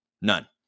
none